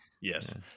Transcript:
Yes